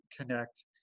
connect